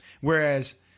Whereas